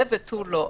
זה ותו לא.